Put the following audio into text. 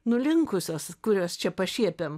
nulinkusios kurios čia pašiepiam